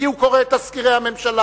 כי הוא קורא את תזכירי הממשלה.